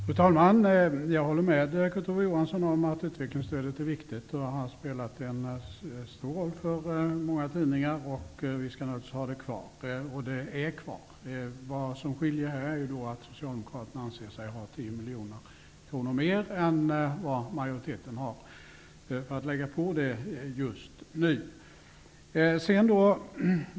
Fru talman! Jag håller med Kurt Ove Johansson om att utvecklingsstödet är viktigt och har spelat en stor roll för många tidningar. Vi skall naturligtvis ha det kvar, och det är kvar. Vad som skiljer är att Socialdemokraterna anser sig ha 10 miljoner kronor mer än vad majoriteten har att lägga på det stödet just nu.